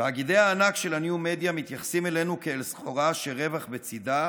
תאגידי הענק של הניו מדיה מתייחסים אלינו כאל סחורה שרווח בצידה,